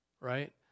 right